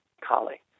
Kali